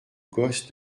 gosse